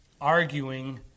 arguing